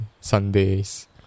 Sundays